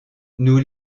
nous